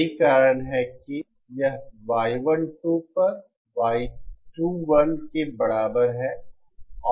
यही कारण है कि यह Y12 पर Y21 के बराबर है